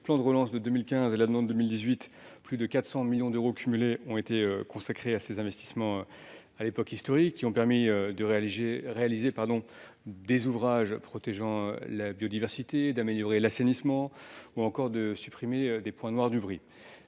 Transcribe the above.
plans de relance de 2015 et l'avenant de 2018, plus de 400 millions d'euros cumulés ont été consacrés à ces investissements, qui étaient à l'époque historiques : ils ont permis de réaliser des ouvrages protégeant la biodiversité, d'améliorer l'assainissement ou encore de supprimer des points noirs du bruit.